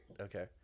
Okay